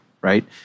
right